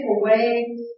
away